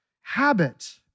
Habit